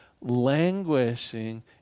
languishing